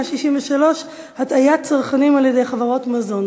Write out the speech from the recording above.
מס' 163: הטעיית צרכנים על-ידי חברות מזון,